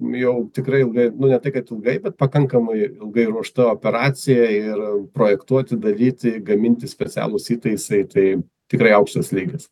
jau tikrai ilgai nu ne tai kad ilgai bet pakankamai ilgai ruošta operacija ir projektuoti daryti gaminti specialūs įtaisai tai tikrai aukštas lygis